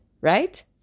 Right